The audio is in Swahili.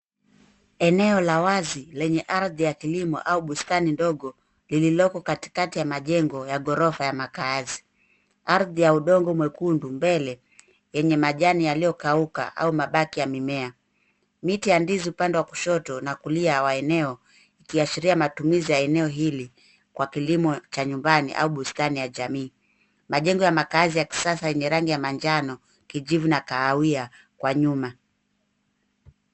Eneo la wazi, lenye ardhi ya kilimo au bustani ndogo, lililoko katikati ya majengo ya ghorofa ya makaazi. Ardhi ya udongo mwekundu mbele, yenye majani yaliyokauka au mabaki ya mimea. Miti ya ndizi upande wa kushoto, na kulia wa eneo, ikiashiria matumizi ya eneo hili, kwa kilimo cha nyumbani au bustani ya jamii. Majengo ya makaazi ya kisasa yenye rangi ya manjano, kijivu, na kahawia, kwa nyuma.